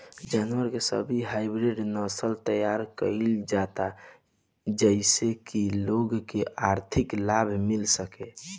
जानवर के भी हाईब्रिड नसल तैयार कईल जाता जेइसे की लोग के अधिका लाभ मिल सके